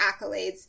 accolades